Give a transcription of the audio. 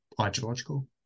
ideological